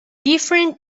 different